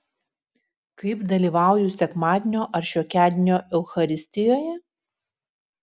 kaip dalyvauju sekmadienio ar šiokiadienio eucharistijoje